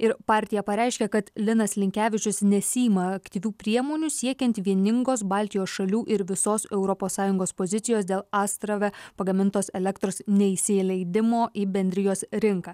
ir partija pareiškė kad linas linkevičius nesiima aktyvių priemonių siekiant vieningos baltijos šalių ir visos europos sąjungos pozicijos dėl astrave pagamintos elektros neįsileidimo į bendrijos rinką